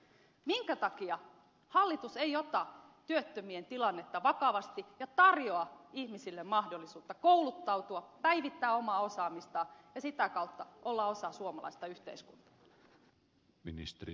minkä takia hallitus ei ota työttömien tilannetta vakavasti ja tarjoa ihmisille mahdollisuutta kouluttautua päivittää omaa osaamistaan ja sitä kautta olla osa suomalaista yhteiskuntaa